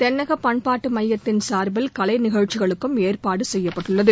தென்னக பண்பாட்டு மையத்தின் சார்பில் கலை நிகழ்ச்சிகளுக்கும் ஏற்பாடு செய்யப்பட்டுள்ளது